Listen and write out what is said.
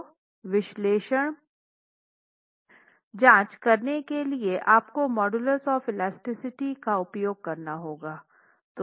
तो विक्षेपण जांच करने के लिए आपको मॉडुलुस ऑफ़ इलास्टिसिटी का उपयोग करना होगा